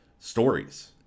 stories